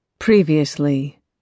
Previously